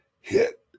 Hit